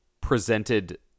presented